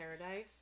Paradise